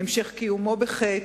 המשך קיומו בחטא,